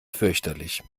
fürchterlich